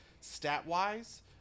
stat-wise